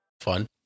Fun